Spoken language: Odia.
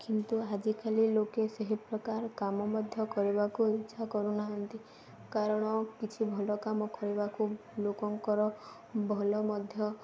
କିନ୍ତୁ ଆଜିକାଲି ଲୋକେ ସେହି ପ୍ରକାର କାମ ମଧ୍ୟ କରିବାକୁ ଇଚ୍ଛା କରୁନାହାନ୍ତି କାରଣ କିଛି ଭଲ କାମ କରିବାକୁ ଲୋକଙ୍କର ଭଲ ମଧ୍ୟ